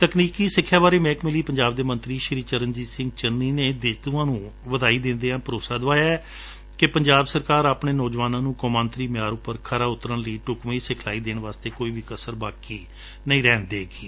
ਤਕਨੀਕੀ ਸਿਖਿਆ ਬਾਰੇ ਮਹਿਕਮੇ ਲਈ ਪੰਜਾਬ ਦੇ ਮੰਤਰੀ ਚਰਨਜੀਤ ਸਿੰਘ ਚੰਨੀ ਨੇ ਜੇਤੁਆਂ ਨੰ ਵਧਾਈ ਦਿੰਦਿਆਂ ਭਰੋਸਾ ਦਵਾਇਐ ਕਿ ਪੰਜਾਬ ਸਰਕਾਰ ਆਪਣੇ ਨੌਜਵਾਨਾਂ ਨੰ ਕੌਮਾਂਤਰੀ ਮਿਆਰ ਉਪਰ ਖਰਾ ਉਤਰਣ ਲਈ ਢੁਕਵੀਂ ਸਿਖਲਾਈ ਦੇਣ ਵਾਸਤੇ ਕੋਈ ਕਸਰ ਬਾਕੀ ਨਹੀਂ ਰਹਿਣ ਦੇਵੇਗੀ